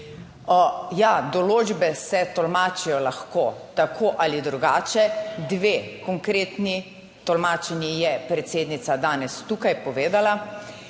Ja, določbe se tolmačijo lahko tako ali drugače, dve konkretni tolmačenji je predsednica danes tukaj povedala,